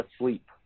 asleep